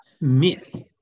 myth